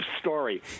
story